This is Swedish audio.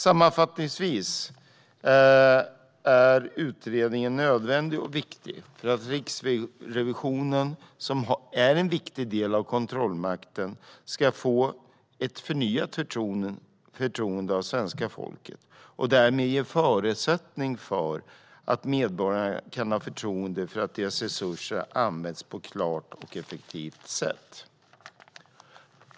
Sammanfattningsvis är utredningen nödvändig och viktig för att Riksrevisionen, som är en viktig del av kontrollmakten, ska få förnyat förtroende av svenska folket. Därigenom ges en förutsättning för att medborgarna kan ha förtroende för att deras resurser används på ett klart och effektivt sätt.